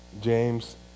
James